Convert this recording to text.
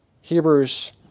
Hebrews